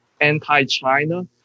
anti-China